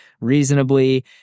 reasonably